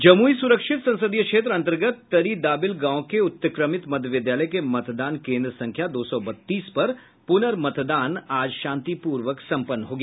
जमुई सुरक्षित संसदीय क्षेत्र अंतर्गत तरी दाबिल गांव के उत्क्रमित मध्य विद्यालय के मतदान केंद्र संख्या दो सौ बत्तीस पर पुर्नमतदान शांतिपूर्वक सम्पन्न हो गया